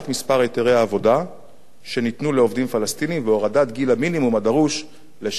שניתנו לעובדים פלסטינים והורדת גיל המינימום הדרוש לשם קבלת היתרי עבודה.